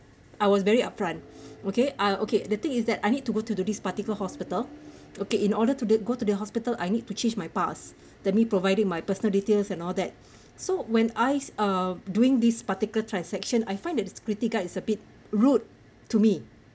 I was very upfront okay I'll okay the thing is that I need to go to this particular hospital okay in order to go to the hospital I need to change my pass they need providing my personal details and all that so when I uh doing this particular transaction I find that the security guard is a bit rude to me